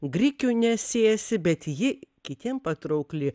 grikių nesėsi bet ji kitiem patraukli